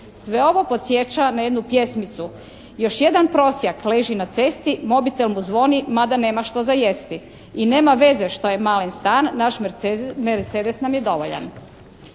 Sve ovo podsjeća na jednu pjesmicu “još jedan prosjak leži na cesti, mobitel mu zvoni mada nema što za jesti i nema veze što je malen stan naš Mercedes nam je dovoljan“.